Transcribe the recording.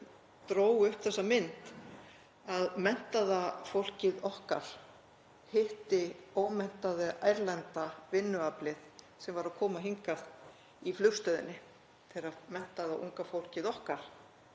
dró upp þá mynd að menntaða fólkið okkar hitti ómenntaða erlenda vinnuaflið sem var að koma hingað í flugstöðinni þegar menntaða unga fólkið okkar